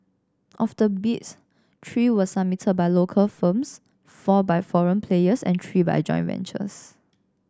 of the bids three were submitted by local firms four by foreign players and three by joint ventures